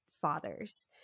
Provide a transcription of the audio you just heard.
fathers